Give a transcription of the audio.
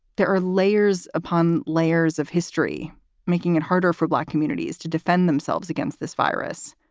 there are layers upon layers of history making it harder for black communities to defend themselves against this virus.